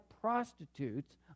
prostitutes